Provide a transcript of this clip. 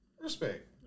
Respect